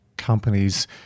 companies